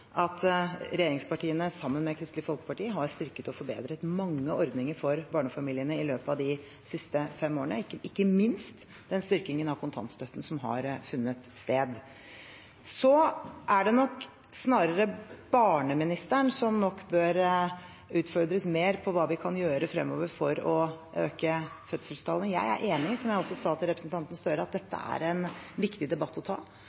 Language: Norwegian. at regjeringspartiene, sammen med Kristelig Folkeparti, har styrket og forbedret mange ordninger for barnefamiliene i løpet av de siste fem årene, ikke minst den styrkingen av kontantstøtten som har funnet sted. Det er nok snarere barneministeren som bør utfordres mer på hva vi kan gjøre fremover for å øke fødselstallene. Jeg er enig i, som jeg også sa til representanten Gahr Støre, at dette er en viktig debatt å ta,